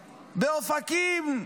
באופקים.